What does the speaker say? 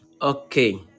okay